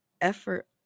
effort